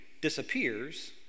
disappears